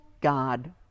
God